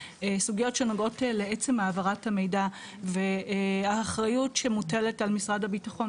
סוגיות שנוגעות לעצם העברת המידע והאחריות שמוטלת על משרד הביטחון,